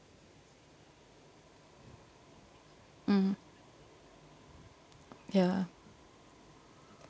mm ya